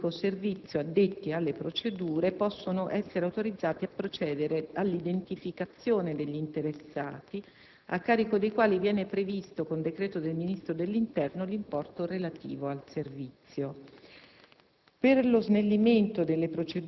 Gli incaricati del pubblico servizio, addetti alle procedure, possono essere autorizzati a procedere all'identificazione degli interessati, a carico dei quali viene previsto, con decreto del Ministro dell'interno, l'importo relativo al servizio.